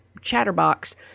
chatterbox